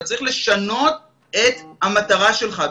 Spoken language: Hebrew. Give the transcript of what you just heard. אתה צריך לשנות את המטרה שלך.